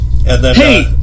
Hey